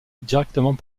directement